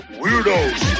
weirdos